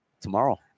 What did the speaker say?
Tomorrow